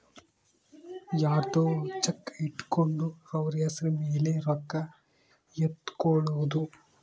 ಯರ್ದೊ ಚೆಕ್ ಇಟ್ಕೊಂಡು ಅವ್ರ ಹೆಸ್ರ್ ಮೇಲೆ ರೊಕ್ಕ ಎತ್ಕೊಳೋದು